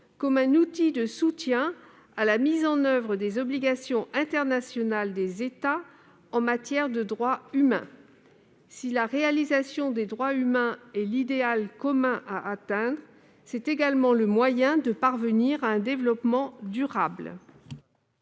comme des outils de soutien à la mise en oeuvre des obligations internationales des États en matière de droits humains. Si la réalisation des droits humains est l'idéal commun à atteindre, c'est également le moyen de parvenir à un développement durable.